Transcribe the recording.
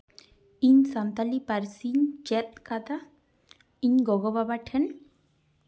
ᱤᱧ ᱥᱟᱱᱛᱟᱲᱤ ᱯᱟᱹᱨᱥᱤᱧ ᱪᱮᱫ ᱠᱟᱫᱟ ᱤᱧ ᱜᱚᱜᱚᱼᱵᱟᱵᱟ ᱴᱷᱮᱱ